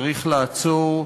צריך לעצור,